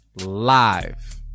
live